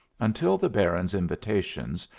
until the baron's invitations,